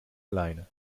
alleine